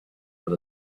that